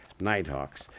Nighthawks